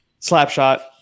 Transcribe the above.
Slapshot